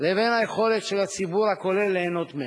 לבין היכולת של הציבור הכולל ליהנות מהם.